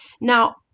Now